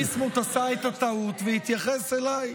חבר הכנסת ביסמוט עשה את הטעות והתייחס אליי.